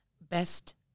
best